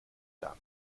dank